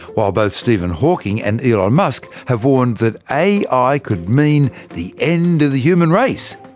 while both stephen hawking and elon musk have warned that ai could mean the end of the human race.